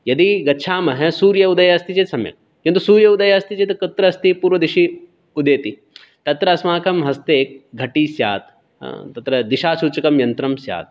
यदि गच्छामः सूर्य उदयः अस्ति चेत् सम्यक् किन्तु सूर्योदयः अस्ति चेत् कुत्र अस्ति पूर्वदिशि उदेति तत्र अस्माकं हस्ते घटिः स्यात् तत्र दिशासूचकं यन्त्रं स्यात्